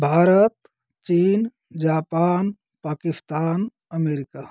भारत चीन Japan Pakistan America